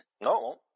No